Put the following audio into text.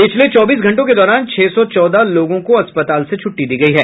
पिछले चौबीस घंटों के दौरान छह सौ चौदह लोगों को अस्पताल से छुट्टी दी गई है